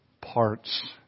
parts